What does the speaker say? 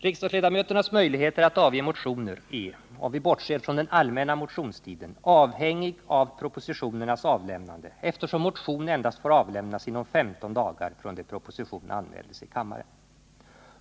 Riksdagsledamöternas möjligheter att väcka motioner är — om vi bortser från allmänna motionstiden — avhängiga av propositionernas avlämnande, eftersom motion endast får avlämnas inom 15 dagar från det propositionen anmäldes i kammaren.